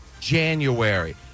January